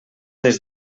des